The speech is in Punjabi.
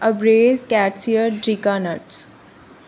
ਅਬਰੇਸ ਕੈਟਸੀਅਡ ਡਰੀਗਾ ਨਟਸ